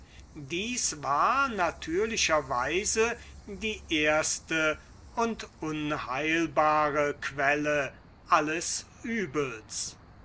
dies war natürlicherweise die erste und unheilbare quelle alles übels